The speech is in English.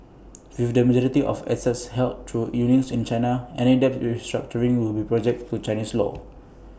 with the majority of assets held through units in China any debt restructuring will be subject to Chinese law